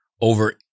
over